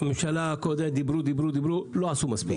הממשלה הקודמת דיברו דיברו, לא עשו מספיק.